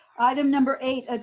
item number eight, ah